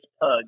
pug